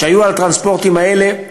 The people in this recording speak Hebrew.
שהיו בטרנספורטים האלה,